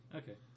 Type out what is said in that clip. okay